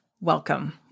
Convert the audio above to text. Welcome